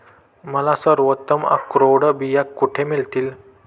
मला सर्वोत्तम अक्रोड बिया कुठे मिळतील